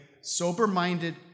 sober-minded